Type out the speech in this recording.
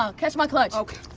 ah catch my clutch. okay.